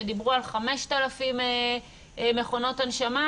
שדיברו על 5,000 מכונות נשמה,